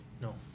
No